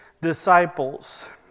disciples